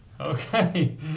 Okay